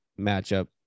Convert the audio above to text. matchup